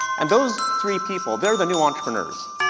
and those three people, they're the new entrepreneurs.